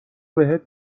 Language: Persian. بهت